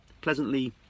pleasantly